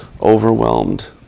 overwhelmed